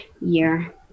year